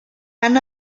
han